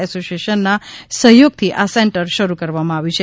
એસોસિએશનના સહયોગથી આ સેન્ટર શરૂ કરવામાં આવ્યું છે